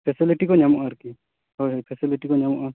facility ᱠᱚ ᱧᱟᱢᱚᱜᱼᱟ ᱟᱨᱠᱤ ᱦᱳᱭ ᱯᱷᱮᱥᱤᱞᱤᱴᱤ ᱠᱚ ᱧᱟᱢᱚᱜᱼᱟ